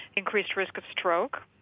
increased risk of stroke,